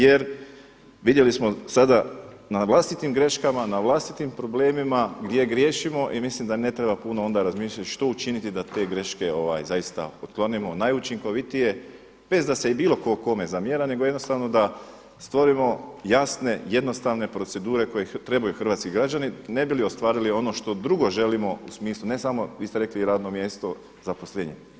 Jer vidjeli smo sada na vlastitim greškama, na vlastitim problemima gdje griješimo i mislim da ne treba puno onda razmišljati što učiniti da te greške zaista otklonimo najučinkovitije bez da se bilo tko kome zamjera, nego jednostavno da stvorimo jasne, jednostavne procedure koje trebaju hrvatski građani ne bi li ostvarili ono što drugo želimo u smislu ne samo vi ste rekli radno mjesto, zaposlenje.